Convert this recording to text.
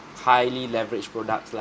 highly leveraged products lah